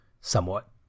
somewhat